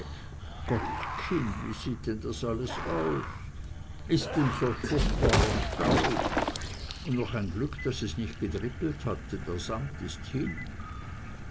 gott kind wie sieht denn das alles aus is denn solch furchtbarer staub un noch ein glück daß es nich gedrippelt hat denn is der samt hin